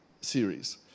series